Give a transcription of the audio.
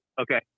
Okay